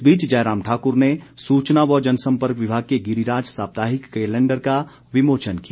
इस बीच जयराम ठाक्र ने सूचना व जनसंपर्क विभाग के गिरीराज साप्ताहिक केलेंडर का विमोचन किया